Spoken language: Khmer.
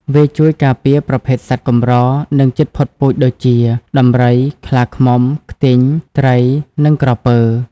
វាជួយការពារប្រភេទសត្វកម្រ និងជិតផុតពូជដូចជា ដំរី ខ្លាឃ្មុំ ខ្ទីង ត្រីនិងក្រពើ។